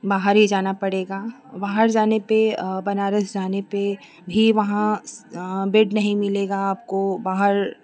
बाहर ही जाना पड़ेगा बाहर जाने पे बनारस जाने पे भी वहाँ बेड नहीं मिलेगा आपको बाहर